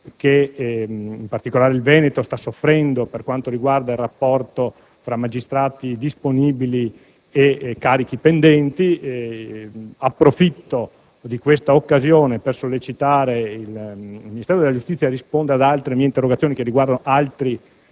che, in particolare, il Veneto sta soffrendo per quanto riguarda il rapporto tra magistrati disponibili e carichi pendenti. Approfitto di questa occasione per sollecitare il Ministero della giustizia a rispondere ad altre mie interrogazioni che riguardano altri